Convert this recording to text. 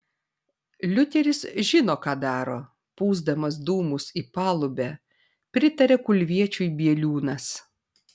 liuteris žino ką daro pūsdamas dūmus į palubę pritarė kulviečiui bieliūnas